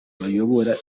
bayobora